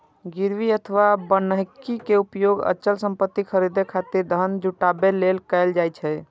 गिरवी अथवा बन्हकी के उपयोग अचल संपत्ति खरीदै खातिर धन जुटाबै लेल कैल जाइ छै